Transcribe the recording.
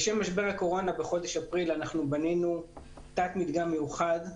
בשל משבר הקורונה בחודש אפריל אנחנו בנינו תת-מדגם מיוחד.